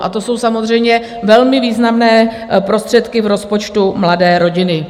A to jsou samozřejmě velmi významné prostředky v rozpočtu mladé rodiny.